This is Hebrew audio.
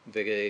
באמת,